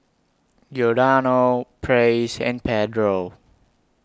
Giordano Praise and Pedro